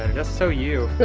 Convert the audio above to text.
so you.